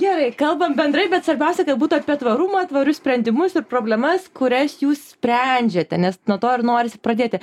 gerai kalbam bendrai bet svarbiausia kad būtų apie tvarumą tvarius sprendimus ir problemas kurias jūs sprendžiate nes nuo to ir norisi pradėti